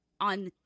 on